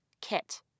kit